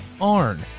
ARN